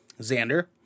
Xander